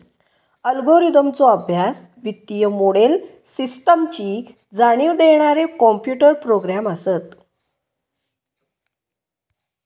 अल्गोरिदमचो अभ्यास, वित्तीय मोडेल, सिस्टमची जाणीव देणारे कॉम्प्युटर प्रोग्रॅम असत